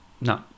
No